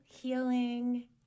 healing